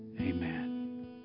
Amen